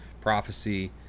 prophecy